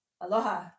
Aloha